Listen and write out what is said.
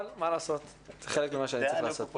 אבל מה לעשות, זה חלק ממה שאני צריך לעשות פה.